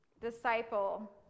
disciple